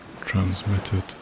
transmitted